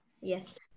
Yes